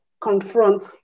confront